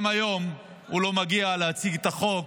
גם היום הוא לא מגיע להציג את החוק.